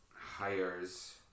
hires